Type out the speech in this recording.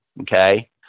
okay